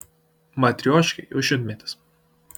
matrioškai jau šimtmetis